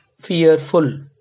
fearful